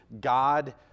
God